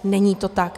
Není to tak.